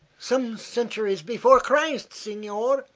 some centuries before christ, signor,